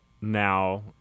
Now